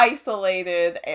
isolated